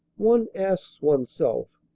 one asks oneself,